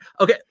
Okay